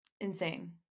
insane